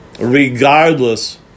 Regardless